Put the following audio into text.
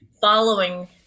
following